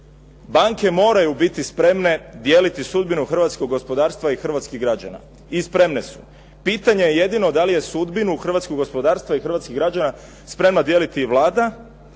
Banke moraju biti spremne dijeliti sudbinu hrvatskog gospodarstva i hrvatskih građana i spremne su. Pitanje je jedino da li je sudbinu hrvatskog gospodarstva i hrvatskog građana spremna dijeliti i Vlada.